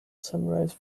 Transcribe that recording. sunrise